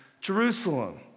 Jerusalem